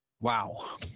wow